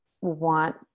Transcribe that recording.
want